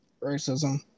Racism